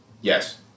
Yes